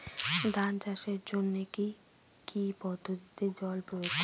ধান চাষের জন্যে কি কী পদ্ধতিতে জল প্রয়োগ করব?